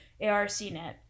ARCNet